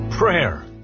Prayer